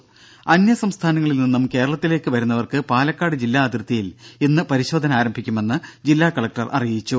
ദേദ അന്യ സംസ്ഥാനങ്ങളിൽ നിന്നും കേരളത്തിലേക്ക് വരുന്നവർക്ക് പാലക്കാട് ജില്ലാ അതിർത്തിയിൽ ഇന്ന് പരിശോധന ആരംഭിക്കുമെന്ന് ജില്ലാ കലക്ടർ അറിയിച്ചു